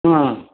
हा